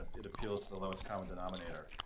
it appeals to the lowest common denominator